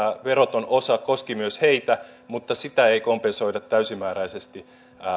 veroton osa koski myös heitä mutta sitä ei kompensoida täysimääräisesti